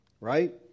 right